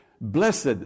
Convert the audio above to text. Blessed